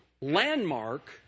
landmark